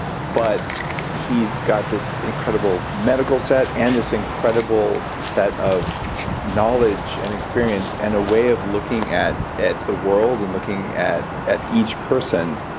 but he's got this incredible medical set and this incredible set of knowledge and experience and a way of looking at at the world and looking at at each person,